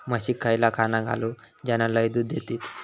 म्हशीक खयला खाणा घालू ज्याना लय दूध देतीत?